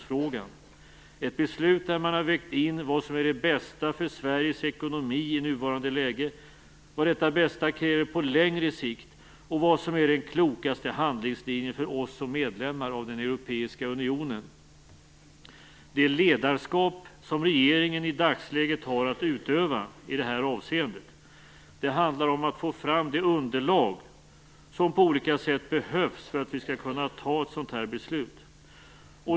Det skall vara ett beslut där man har vägt in vad som är det bästa för Sveriges ekonomi i nuvarande läge, vad detta bästa kräver på längre sikt och vad som är den klokaste handlingslinjen för oss som medlemmar i den europeiska unionen. Det ledarskap som regeringen i dagsläget har att utöva i det här avseendet handlar om att få fram det underlag som behövs på olika sätt för att vi skall kunna fatta ett sådant beslut.